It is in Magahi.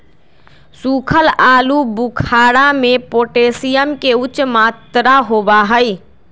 सुखल आलू बुखारा में पोटेशियम के उच्च मात्रा होबा हई